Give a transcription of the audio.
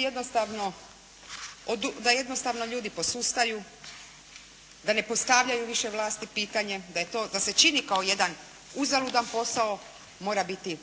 jednostavno, da jednostavno ljudi posustaju, da ne postavljaju više vlasti pitanja, da se čini kao jedan uzaludan posao mora biti